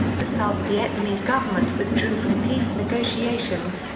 the south vietnamese government withdrew from peace negotiations,